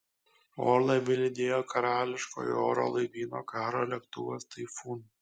orlaivį lydėjo karališkojo oro laivyno karo lėktuvas taifūn